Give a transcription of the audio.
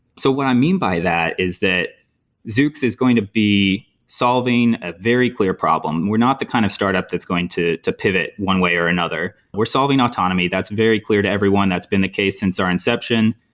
so what i mean by that is that zoox is going to be solving a very clear problem. we're not the kind of startup that's going to to pivot one way or another. we're solving autonomy. that's very clear to everyone. that's been the case since our inception,